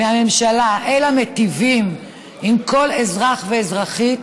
מהממשלה, אלא מיטיבים עם כל אזרח ואזרחית,